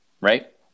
right